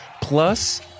plus